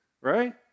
right